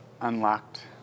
unlocked